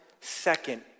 second